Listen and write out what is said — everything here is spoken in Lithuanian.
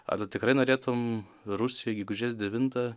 ar tu tikrai norėtum rusijoj gegužės devintą